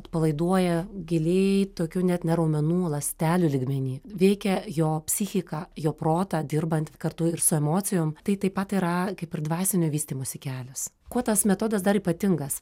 atpalaiduoja giliai tokių net ne raumenų o ląstelių lygmeny veikia jo psichiką jo protą dirbant kartu ir su emocijom tai taip pat yra kaip ir dvasinio vystymosi kelias kuo tas metodas dar ypatingas